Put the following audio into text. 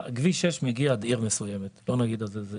כביש 6 מגיע עד עיר מסוימת, לא נגיד עד איזה עיר,